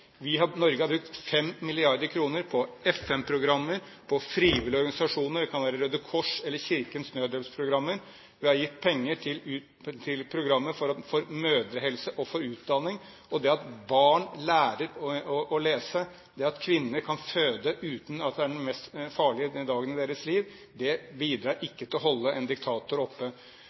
Norge har brukt 5 mrd. kr på FN-programmer og på frivillige organisasjoner – det kan være Røde Kors eller Kirkens Nødhjelps programmer. Vi har gitt penger til programmer for mødrehelse og utdanning, og at at barn lærer å lese, og at kvinner kan føde uten at det er den farligste dagen i deres liv, bidrar ikke til å holde en diktator oppe.